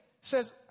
says